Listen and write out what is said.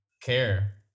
care